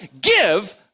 give